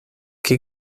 qué